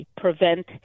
prevent